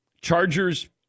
Chargers